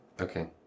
Okay